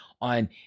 on